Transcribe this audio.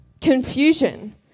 confusion